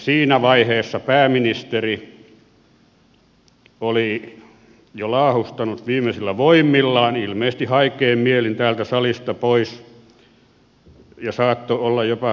siinä vaiheessa pääministeri oli jo laahustanut viimeisillä voimillaan ilmeisesti haikein mielin täältä salista pois ja saattoi olla jopa viimeinen kerta